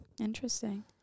Interesting